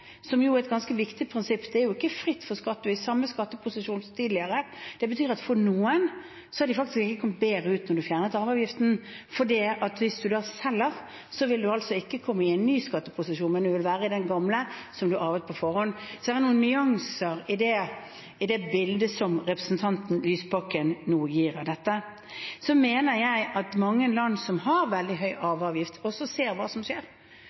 som jo er et ganske viktig prinsipp. Det er jo ikke fritt for skatt. Man er i samme skatteposisjon som tidligere. Det betyr at for noen er det slik at de ikke har kommet bedre ut siden vi fjernet arveavgiften, for hvis man da selger, vil man altså ikke komme i en ny skatteposisjon, men vil være i den gamle, som før en arvet. Så det er noen nyanser i det bildet som representanten Lysbakken nå gir av dette. Jeg mener at mange land som har veldig høy arveavgift, også ser hva som skjer.